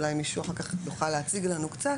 אולי מישהו אחר כך יוכל להציג לנו קצת,